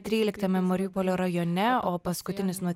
tryliktame mariupolio rajone o paskutinis nuo